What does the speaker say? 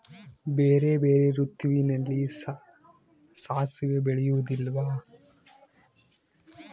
ಬೇರೆ ಬೇರೆ ಋತುವಿನಲ್ಲಿ ಸಾಸಿವೆ ಬೆಳೆಯುವುದಿಲ್ಲವಾ?